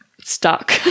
stuck